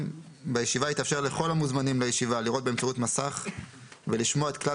בישיבה יתאפשר לכל המוזמנים לישיבה לראות באמצעות מסך ולשמוע את כלל